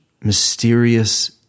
mysterious